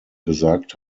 gesagt